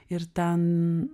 ir ten